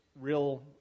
real